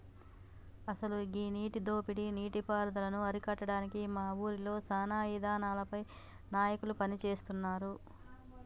అసలు గీ నీటి దోపిడీ నీటి పారుదలను అరికట్టడానికి మా ఊరిలో సానా ఇదానాలపై నాయకులు పని సేస్తున్నారు